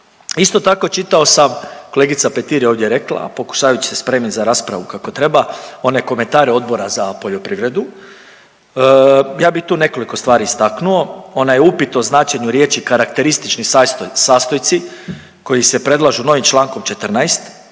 Isto tako, čitao sam kolegica Petir je ovdje rekla, pokušavajući se spremiti za raspravu kako treba one komentare Odbora za poljoprivredu. Ja bi tu nekoliko stvari istaknuo, onaj upit o značenju riječi karakteristični sastojci koji se predlaže novim Člankom 14.